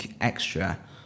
extra